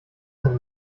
deine